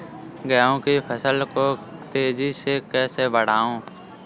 गेहूँ की फसल को तेजी से कैसे बढ़ाऊँ?